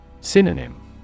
Synonym